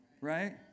Right